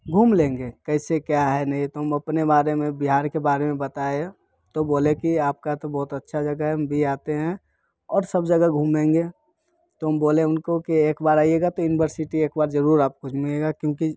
घूम लेंगे कैसे क्या है नहीं है तो हम अपने बारे में बिहार के बारे में बताए तो बोले कि आपका तो बहुत अच्छा जगह है हम भी आते हैं और सब जगह घूमेंगे तो हम बोले उनको के एक बार आइएगा तो युनबर्सीटी एक बार ज़रूर आप घूमिएगा क्यूँकि